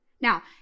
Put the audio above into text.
Now